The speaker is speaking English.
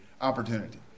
opportunity